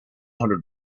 hundred